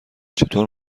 چطور